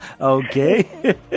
Okay